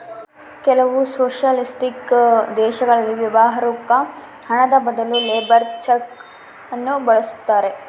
ಕೆಲವು ಸೊಷಲಿಸ್ಟಿಕ್ ದೇಶಗಳಲ್ಲಿ ವ್ಯವಹಾರುಕ್ಕ ಹಣದ ಬದಲು ಲೇಬರ್ ಚೆಕ್ ನ್ನು ಬಳಸ್ತಾರೆ